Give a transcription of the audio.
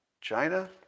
China